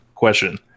question